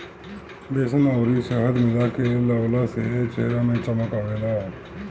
बेसन अउरी शहद मिला के लगवला से चेहरा में चमक आवेला